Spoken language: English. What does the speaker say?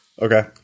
Okay